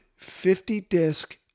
50-disc